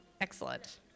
Excellent